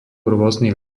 rôznych